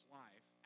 life